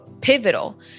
pivotal